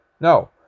No